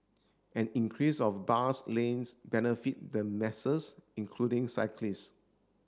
an increase of bus lanes benefit the masses including cyclists